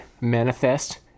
Manifest